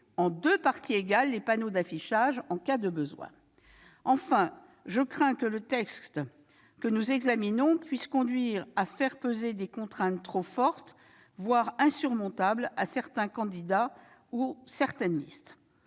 en deux parties égales les panneaux d'affichage en cas de besoin. Enfin, je crains que le texte ne fasse peser des contraintes trop fortes, voire insurmontables sur certains candidats ou certaines listes.